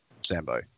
Sambo